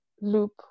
loop